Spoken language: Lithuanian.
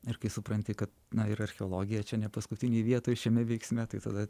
ir kai supranti kad na ir archeologija čia ne paskutinėj vietoj šiame veiksme tai tada